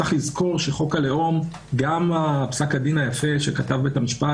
צריך לזכור שגם פסק הדין היפה שכתב בית המשפט,